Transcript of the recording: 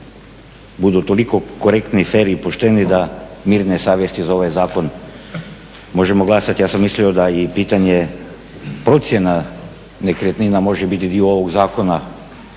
budu toliko korektni, fer i pošteni da mirne savjesti za ovaj zakon možemo glasati. Ja sam mislio da i pitanje procjena nekretnina može biti dio ovog zakona.